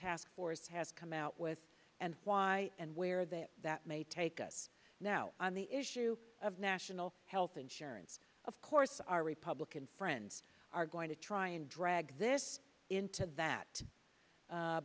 task force has come out with and why and where that that may take us now on the issue of national health insurance of course our republican friends are going to try and drag this into that